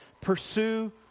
Pursue